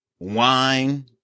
Wine